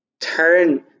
Turn